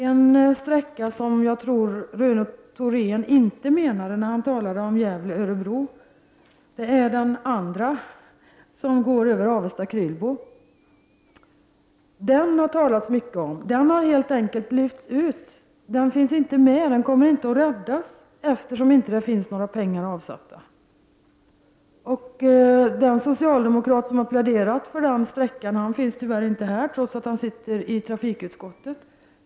En sträcka som jag inte tror att Rune Thorén menade när han talade om Gävle—Örebro är den som går över Avesta—Krylbo. Det har talats mycket om den sträckan, men den har helt enkelt lyfts ut och kommer inte att räddas, eftersom det inte finns några pengar avsatta. Den socialdemokrat som har pläderat för den sträckan finns tyvärr inte här nu, trots att han sitter i trafikutskottet.